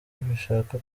bishaka